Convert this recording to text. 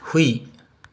ꯍꯨꯏ